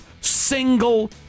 single